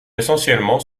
essentiellement